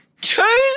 two